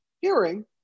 hearing